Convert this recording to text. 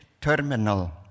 terminal